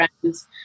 friends